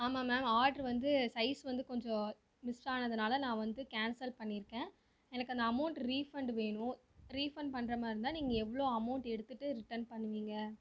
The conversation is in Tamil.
ஆமாம் மேம் ஆர்டரு வந்து சைஸ் வந்து கொஞ்சம் மிஸ் ஆனதுனால் நான் வந்து கேன்சல் பண்ணியிருக்கேன் எனக்கு அந்த அமௌண்ட் ரீஃபண்டு வேணும் ரீஃபண்டு பண்ற மாரிருந்தா நீங்கள் எவ்வளோ அமௌண்ட் எடுத்துட்டு ரிட்டன் பண்ணுவீங்க